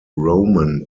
roman